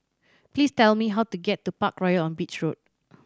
please tell me how to get to Parkroyal on Beach Road